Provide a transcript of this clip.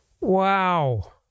Wow